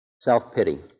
Self-pity